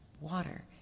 water